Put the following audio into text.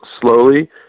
slowly